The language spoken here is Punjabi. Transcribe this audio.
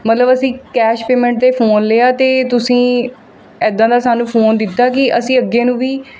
ਮਤਲਬ ਅਸੀਂ ਕੈਸ਼ ਪੇਮੈਂਟ 'ਤੇ ਫੋਨ ਲਿਆ ਅਤੇ ਤੁਸੀਂ ਇੱਦਾਂ ਦਾ ਸਾਨੂੰ ਫੋਨ ਦਿੱਤਾ ਕਿ ਅਸੀਂ ਅੱਗੇ ਨੂੰ ਵੀ